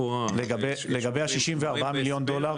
נייר לגבי ה-64 מיליון דולר.